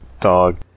Dog